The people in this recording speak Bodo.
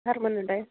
सारमोननोलाय